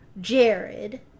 Jared